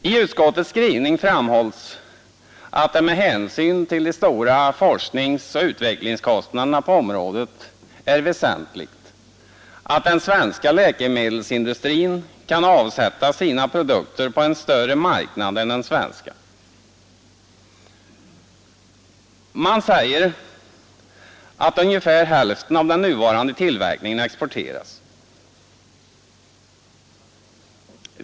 I utskottets skrivning framhålles att det med hänsyn till de stora forskningsoch utvecklingskostnaderna på området är väsentligt att den svenska läkemedelsindustrin kan avsätta sina produkter på en större marknad än den svenska. Man säger att ungefär hälften av den nuvarande tillverkningen exporteras.